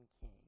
king